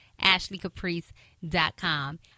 AshleyCaprice.com